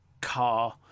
car